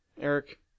Eric